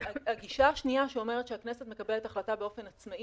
הגישה השנייה שאומרת שהכנסת מקבלת החלטה באופן עצמאי